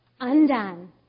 undone